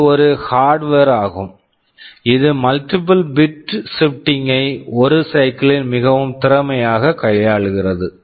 இது ஒரு hardware hardware ஆகும் இது multiple bit multiple bit shifting shifting ஐ ஒரு சைக்கிள் cycle ல் மிகவும் திறமையாக கையாள்கிறது